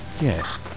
Yes